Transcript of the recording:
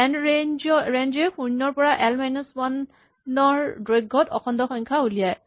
ৰেন্ডৰেঞ্জ এ শূণ্যৰ পৰা এল মাইনাচ ৱান ৰ দৈৰ্ঘ্যত অখণ্ড সংখ্যা ওলিয়ায়